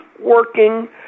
working